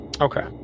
Okay